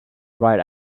right